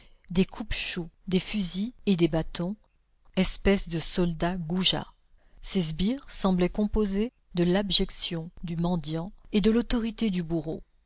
des coupe choux des fusils et des bâtons espèces de soldats goujats ces sbires semblaient composés de l'abjection du mendiant et de l'autorité du bourreau